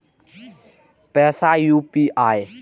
पैसा यू.पी.आई?